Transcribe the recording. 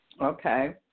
Okay